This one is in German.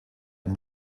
ein